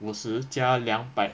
五十加两百